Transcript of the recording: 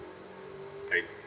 I